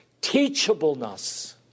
teachableness